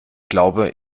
glaube